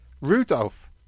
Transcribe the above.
Rudolph